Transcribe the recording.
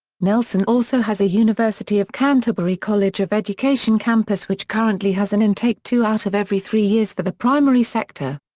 nelson also has a university of canterbury college of education campus which currently has an intake two out of every three years for the primary sector.